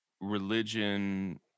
religion